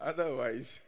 Otherwise